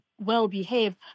well-behaved